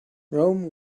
rome